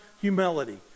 humility